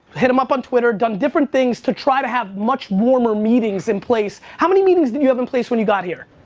hit them up on twitter done different things to try to have much warmer meetings in place. how many meetings did you have in place when you got here?